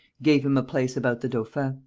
gave him a place about the dauphin.